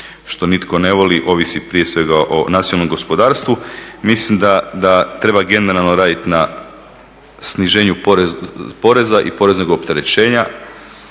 što nitko ne voli ovisi prije svega o nacionalnom gospodarstvu. Mislim da treba generalno raditi na sniženju poreza i poreznog opterećenja,